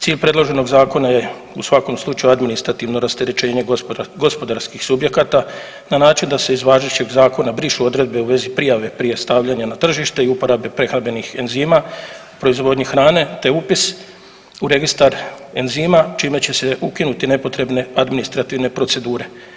Cilj predloženog zakona je u svakom slučaju administrativno rasterećenje gospodarskih subjekata na način da se iz važećeg zakona brišu odredbe u vezi prijave prije stavljanja na tržište i uporabe prehrambenih enzima u proizvodnji hrane te upis u registar enzima čime će se ukinuti nepotrebne administrativne procedure.